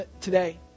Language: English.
today